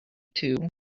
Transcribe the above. too